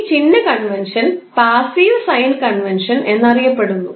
ഈ ചിഹ്ന convention passive sign convention എന്നറിയപ്പെടുന്നു